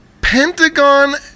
Pentagon